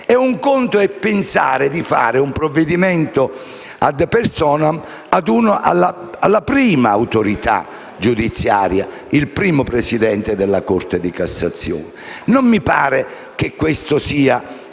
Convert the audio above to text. e un conto è pensare di fare un provvedimento *ad personam* alla prima autorità giudiziaria, il primo presidente della Corte di cassazione. Non mi pare che queste siano